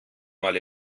mal